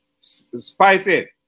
Spicy